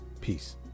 Peace